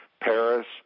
Paris